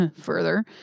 further